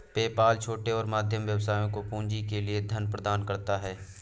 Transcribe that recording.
PayPal छोटे और मध्यम व्यवसायों को पूंजी के लिए धन प्रदान करता है